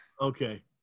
Okay